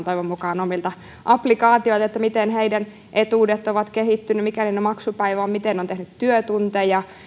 toivon mukaan omilta applikaatioiltaan miten heidän etuutensa ovat kehittyneet mikä niiden maksupäivä on miten on tehnyt työtunteja